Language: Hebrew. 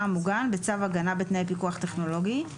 המוגן בצו הגנה בתנאי פיקוח טכנולוגי,